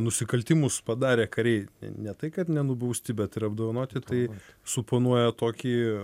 nusikaltimus padarę kariai ne tai kad nenubausti bet ir apdovanoti tai suponuoja tokį